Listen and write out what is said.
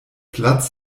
platz